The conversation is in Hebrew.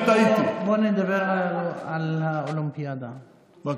אז את הופעת בטלוויזיה ביום שבת ואמרת: הליכוד אשם.